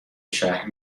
شهر